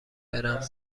برم